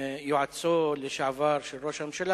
יועצו לשעבר של ראש הממשלה,